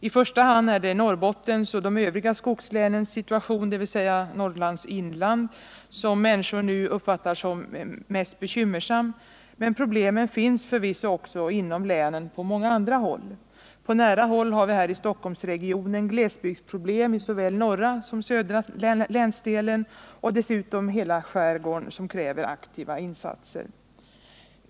I första hand är det Norrbottens och de övriga skogslänens situation, dvs. situationen i Norrlands inland, som människor nu uppfattar som bekymmersam, men problemen finns också inom länen på många andra håll. På nära håll har vi här i Stockholmsregionen glesbygdsproblem i såväl norra som södra länsdelen och dessutom hela skärgården som kräver aktiva insatser.